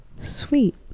Sweet